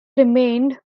remained